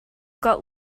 got